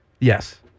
Yes